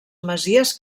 masies